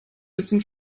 bisschen